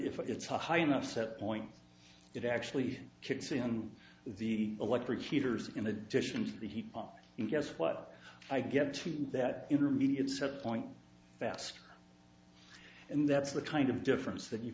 if it's a high enough set point it actually could see on the electric heaters in addition to the heat and guess what i get to that intermediate set point fast and that's the kind of difference that you